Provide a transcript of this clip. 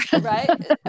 Right